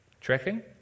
Tracking